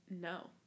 No